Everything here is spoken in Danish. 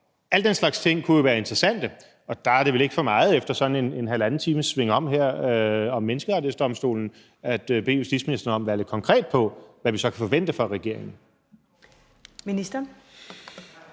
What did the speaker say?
Alle den slags ting kunne jo være interessante, og der er det vel ikke for meget efter sådan halvanden times svingom her om Menneskerettighedsdomstolen at bede justitsministeren være lidt konkret om, hvad vi så kan forvente fra regeringens side.